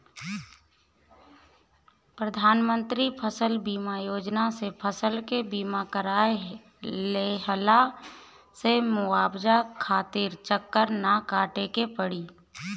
प्रधानमंत्री फसल बीमा योजना से फसल के बीमा कराए लेहला से मुआवजा खातिर चक्कर ना काटे के पड़ी